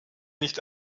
nicht